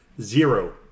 zero